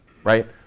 Right